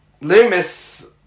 Loomis